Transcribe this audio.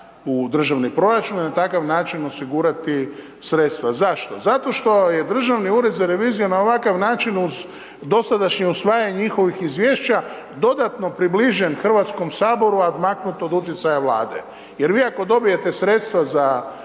u državni proračun i na takav način osigurati sredstva. Zašto? Zato što je Državni ured za reviziju na ovakav način uz dosadašnje usvajanje njihovih izvješća dodatno približen HS, a odmaknut od utjecaja Vlade, jer vi ako dobijete sredstva za